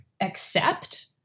accept